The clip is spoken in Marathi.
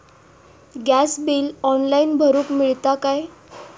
गॅस बिल ऑनलाइन भरुक मिळता काय?